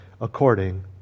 according